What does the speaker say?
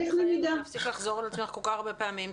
עפרה, תפסיקי לחזור על עצמך כל כך הרבה פעמים.